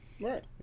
Right